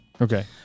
Okay